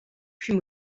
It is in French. plus